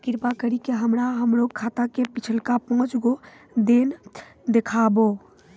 कृपा करि के हमरा हमरो खाता के पिछलका पांच गो लेन देन देखाबो